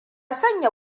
sanya